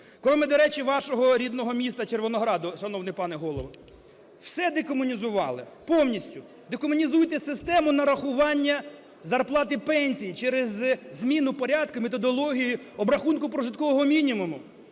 кроме, до речі, вашого рідного міста Червонограду, шановний пане Голово. Все декомунізували повністю. Декомунізуйте систему нарахування зарплат і пенсій через зміну порядку методології обрахунку прожиткового мінімуму.